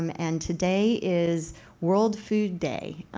um and today is world food day.